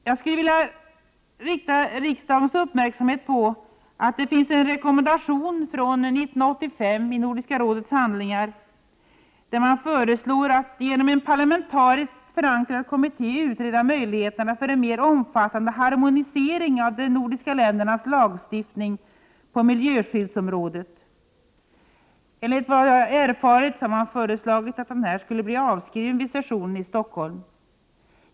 Jag skulle vilja rikta riksdagens uppmärksamhet på att det finns en rekommendation från 1985 i Nordiska rådets handlingar, enligt vilken man genom en parlamentariskt förankrad kommitté skall utreda möjligheterna för en mer omfattande harmonisering av de nordiska ländernas lagstiftning på miljöskyddsområdet. Enligt vad jag erfarit har det föreslagits att denna rekommendation skall bli avskriven vid sessionen i Stockholm.